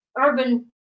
Urban